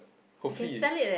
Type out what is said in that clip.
hopefully it